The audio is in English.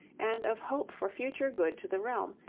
and of hope for future good to the realm,